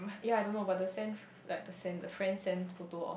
ya I don't know but the sand f~ like the sand the friend send photo of